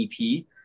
EP